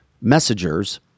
messengers